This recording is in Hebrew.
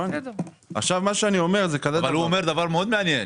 אבל הוא אומר דבר מאוד מעניין,